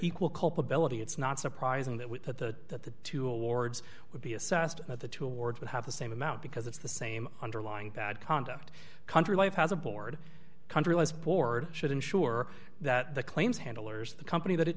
equal culpability it's not surprising that we put the two awards would be assessed at the two awards would have the same amount because it's the same underlying bad conduct country life as a board country has board should ensure that the claims handlers of the company that